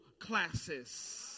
classes